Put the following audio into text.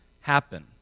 happen